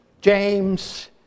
James